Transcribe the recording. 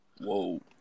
Whoa